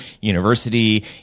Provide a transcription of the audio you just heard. University